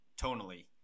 tonally